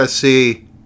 See